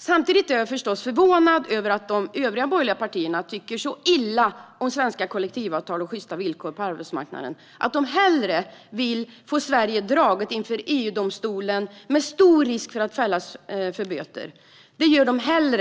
Samtidigt är jag förstås förvånad över att de övriga borgerliga partierna tycker så illa om svenska kollektivavtal och sjysta villkor på arbetsmarknaden att de hellre vill att Sverige ska dras inför EU-domstolen, med stor risk för att fällas och dömas till böter - tydligen hellre